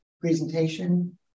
presentation